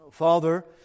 Father